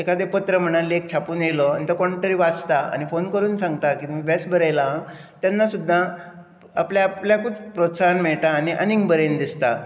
एकादें पत्र म्हणा लेख छापून येयलो ते कोण तरी वाचता आनी फोन करून सांगता बेस्ट बरयलां म्हण तेन्ना सुद्दां आपल्या आपल्याकूच प्रोत्साहन मेळटा आनी आनीक बरोवन दिसता